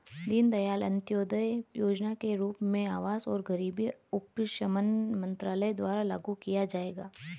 दीनदयाल अंत्योदय योजना के रूप में आवास और गरीबी उपशमन मंत्रालय द्वारा लागू किया जाएगा